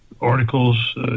articles